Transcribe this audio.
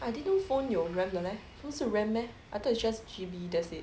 I didn't know phone 有 R_A_M 的 leh phone 是 R_A_M meh I thought is just G_B that's it